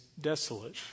desolate